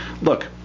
Look